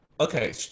okay